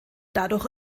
dadurch